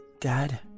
Dad